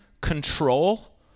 control